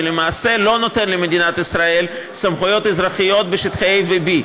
שלמעשה לא נותן למדינת ישראל סמכויות אזרחיות בשטחי A ו-B,